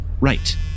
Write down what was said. Right